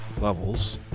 levels